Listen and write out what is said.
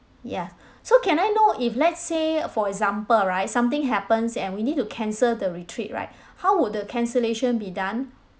ya so can I know if let's say uh for example right something happens and we need to cancel the retreat right how would the cancellation be done